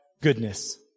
goodness